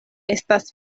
estas